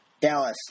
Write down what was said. Dallas